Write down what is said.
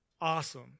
awesome